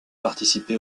participer